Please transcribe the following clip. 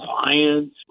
clients